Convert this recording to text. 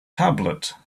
tablet